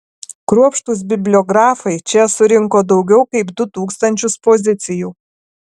kruopštūs bibliografai čia surinko daugiau kaip du tūkstančius pozicijų